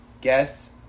Guess